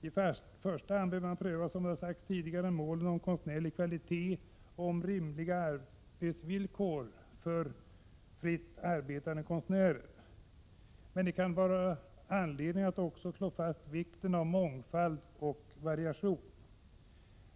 I första hand bör man, som har sagts, pröva målen om konstnärlig kvalitet och om rimliga arbetsvillkor för fritt arbetande konstnärer. Det kan också vara anledningen att slå fast vikten av mångfald och variation.